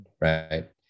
Right